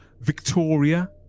Victoria